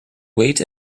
wait